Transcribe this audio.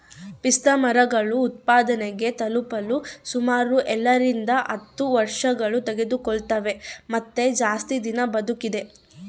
ಪಿಸ್ತಾಮರಗಳು ಉತ್ಪಾದನೆ ತಲುಪಲು ಸುಮಾರು ಏಳರಿಂದ ಹತ್ತು ವರ್ಷತೆಗೆದುಕೊಳ್ತವ ಮತ್ತೆ ಜಾಸ್ತಿ ದಿನ ಬದುಕಿದೆ